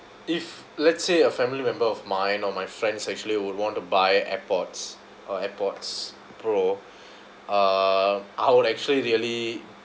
if let's say a family member of mine or my friends actually would want to buy airpods or airpods pro uh I will actually really